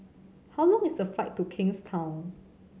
how long is the flight to Kingstown